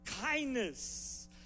kindness